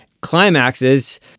climaxes